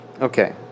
Okay